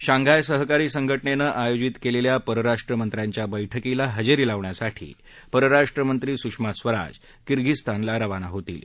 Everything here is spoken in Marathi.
शांघाय सहकारी संघाञिने आयोजित केलेल्या परराष्ट्र मंत्र्यांच्या बैठकीला हजेरी लावण्यासाठी परराष्ट्र मंत्री सुषमा स्वराज किर्गीझीस्तानला रवाना होतील